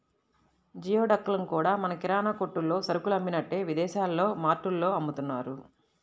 geoduck లను కూడా మన కిరాణా కొట్టుల్లో సరుకులు అమ్మినట్టే విదేశాల్లో మార్టుల్లో అమ్ముతున్నారు